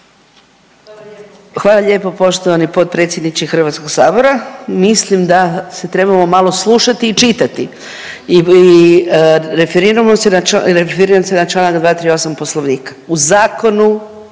Hvala lijepo poštovani predsjedniče HS. Mislim da se trebamo malo slušati i čitati i referiramo se na čl., referiram se na čl. 238. poslovnika. U zakonu